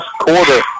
quarter